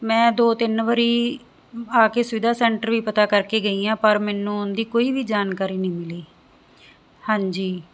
ਮੈਂ ਦੋ ਤਿੰਨ ਵਾਰੀ ਆ ਕੇ ਸੁਵਿਧਾ ਸੈਂਟਰ ਵੀ ਪਤਾ ਕਰਕੇ ਗਈ ਆ ਪਰ ਮੈਨੂੰ ਉਹਦੀ ਕੋਈ ਵੀ ਜਾਣਕਾਰੀ ਨਹੀਂ ਮਿਲੀ ਹਾਂਜੀ